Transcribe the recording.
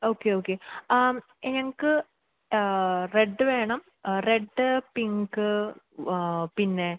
okay okay ആ ഞങ്ങള്ക്ക് red വേണം റെഡ് പിങ്ക് പിന്നെ